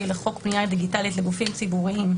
לחוק פנייה דיגיטלית לגופים ציבוריים,